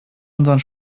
unseren